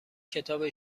کتاب